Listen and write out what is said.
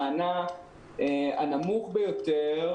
המענק הנמוך ביותר